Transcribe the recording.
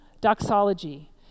doxology